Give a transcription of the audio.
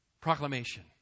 proclamation